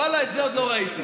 ואללה, את זה עוד לא ראיתי.